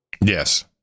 Yes